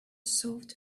soft